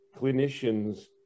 clinician's